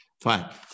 fine